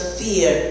fear